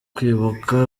kwibuka